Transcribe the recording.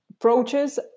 approaches